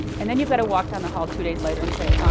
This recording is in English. and then you've got to walk down the hall two days later and say,